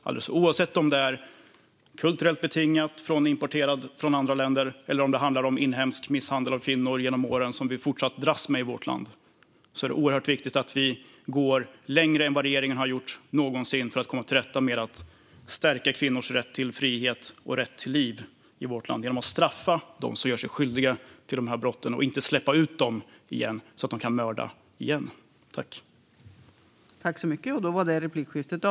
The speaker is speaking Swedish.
Alldeles oavsett om det är kulturellt betingat och importerat från andra länder eller om det handlar om inhemsk misshandel av kvinnor genom åren, som vi även fortsättningsvis dras med i vårt land, är det oerhört viktigt att vi går längre än vad regeringen någonsin har gjort för att komma till rätta med att stärka kvinnors rätt till frihet och liv i vårt land genom att straffa dem som gör sig skyldiga till dessa brott och inte släppa ut dem så att de kan mörda igen.